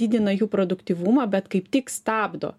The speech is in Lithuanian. didina jų produktyvumą bet kaip tik stabdo